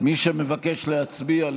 מי שמבקש להצביע,